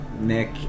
Nick